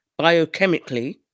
biochemically